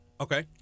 Okay